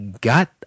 got